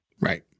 Right